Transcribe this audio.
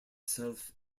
self